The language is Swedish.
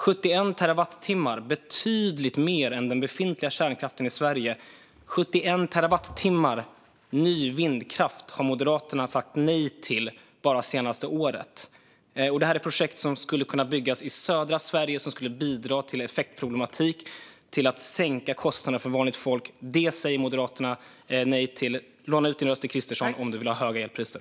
71 terawattimmar - betydligt mer än den befintliga kärnkraften i Sverige - ny vindkraft har Moderaterna sagt nej till bara under det senaste året. Det här är projekt som skulle kunna byggas i södra Sverige och som skulle bidra till att lösa effektproblematik och till att sänka kostnaden för vanligt folk. Det säger Moderaterna nej till. Låna ut din röst till Kristersson om du vill ha högre elpriser!